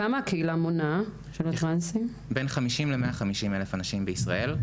הקהילה מונה בין 50,000 ל-100,000 אנשים בישראל,